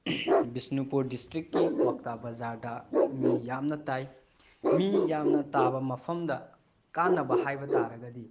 ꯕꯤꯁꯅꯨꯄꯨꯔ ꯗꯤꯁꯇ꯭ꯔꯤꯛꯀꯤ ꯀ꯭ꯋꯥꯛꯇꯥ ꯕꯖꯥꯔꯗ ꯃꯤ ꯌꯥꯝꯅ ꯇꯥꯏ ꯃꯤ ꯌꯥꯝꯅ ꯇꯥꯕ ꯃꯐꯝꯗ ꯀꯥꯟꯅꯕ ꯍꯥꯏꯕ ꯇꯥꯔꯒꯗꯤ